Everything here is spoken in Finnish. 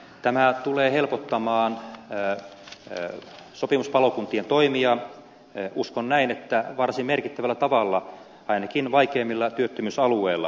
tämä tulee helpottamaan sopimuspalokuntien toimia uskon näin varsin merkittävällä tavalla ainakin vaikeimmilla työttömyysalueilla